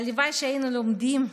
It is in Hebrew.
הלוואי שהיינו לומדים מנורבגיה.